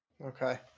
Okay